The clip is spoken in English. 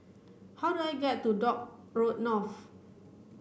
how do I get to Dock Road North